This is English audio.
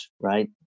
right